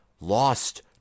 lost